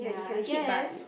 ya I guess